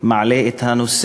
כל שנה מעלה את הנושא,